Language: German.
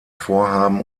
vorhaben